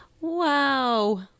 Wow